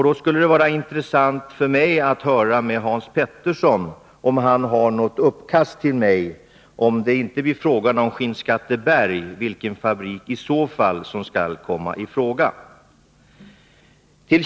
Det skulle vara intressant för mig att höra om Hans Petersson har något uppslag på den punkten. Om det inte blir Skinnskatteberg, vilken fabrik skall i så fall komma i fråga?